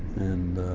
and